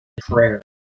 prayer